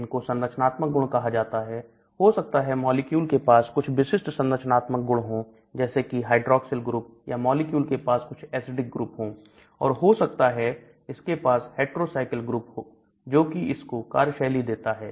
इनको संरचनात्मक गुण कहा जाता है हो सकता है मॉलिक्यूल के पास कुछ विशिष्ट संरचनात्मक गुण हो जैसे कि हाइड्रोसिल ग्रुप या मॉलिक्यूल के पास कुछ acidic ग्रुप हो और हो सकता है इसके पास hetrocycle ग्रुप जो कि इसको कार्यशैली देता है